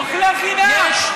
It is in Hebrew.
אוכלי חינם.